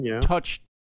touch